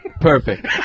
Perfect